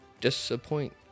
disappoint